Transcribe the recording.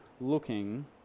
looking